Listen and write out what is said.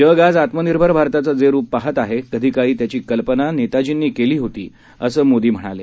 जग आज आत्मनिर्भर भारताचं जे रुप पाहात आहे कधी काळी त्याची कल्पना नेताजींनी केली होती असं मोदी म्हणाले